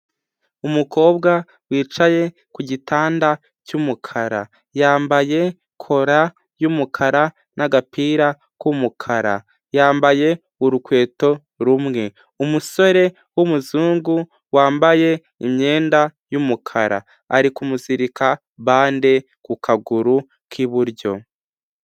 Umukobwa wicaye ku gitanda cy'umukara yambaye kora y'umukara n'agapira k'umukara yambaye urukweto rumwe, umusore w'umuzungu wambaye imyenda y'umukara ari kumuzirika bande ku kaguru k'iburyo.